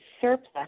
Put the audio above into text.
surplus